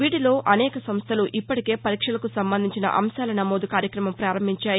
వీటిలో అనేక సంస్థలు ఇప్పటికే పరీక్షలకు సంబంధించిన అంశాల నమోదు కార్యక్రమం ప్రారంభించాయి